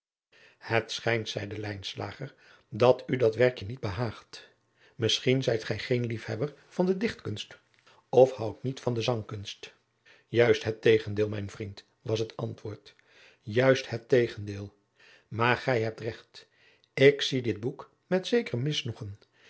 het schijnt zeide lijnslager dat u dat werkje niet behaagt misschien zijt gij geen liefhebber van de dichtkunst of houdt niet van de zangkunst juist het tegendeel mijn vriend was het antwoord juist het tegendeel maar gij hebt regt ik zie dit boek met zeker misnoegen